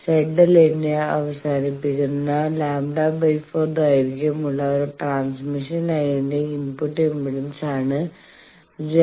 ZL ലിൽ അവസാനിപ്പിക്കുന്ന λ 4 ദൈർഘ്യമുള്ള ഒരു ട്രാൻസ്മിഷൻ ലൈനിന്റെ ഇൻപുട്ട് ഇംപെഡൻസ് ആണ് Z¿